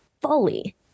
fully